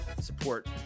support